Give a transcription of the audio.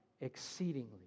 exceedingly